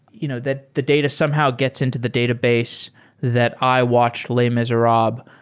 you know the the data somehow gets into the database that i watched les miserables.